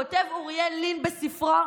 כותב אוריאל לין בספרו,